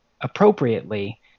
appropriately